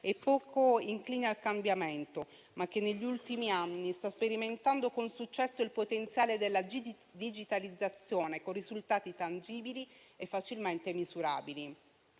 poco incline al cambiamento, ma che negli ultimi anni sta sperimentando con successo il potenziale della digitalizzazione, con risultati tangibili e facilmente misurabili.